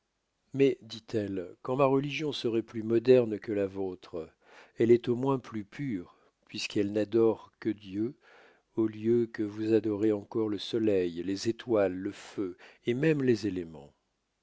mais dit-elle quand ma religion seroit plus moderne que la vôtre elle est au moins plus pure puisqu'elle n'adore que dieu au lieu que vous adorez encore le soleil les étoiles le feu et même les éléments